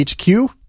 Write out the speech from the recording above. HQ